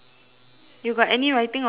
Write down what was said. you got any writing on your rubbish bin